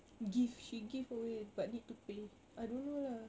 give she give away but need to pay I don't know lah